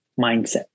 mindset